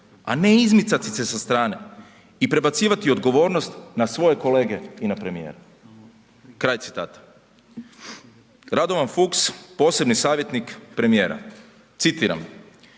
a ne izmicati se sa strane i prebacivati odgovornost na svoje kolege i na premijera. Kraj citata. Radovan Fuchs, posebni savjetnik premijera, citiram,